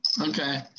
Okay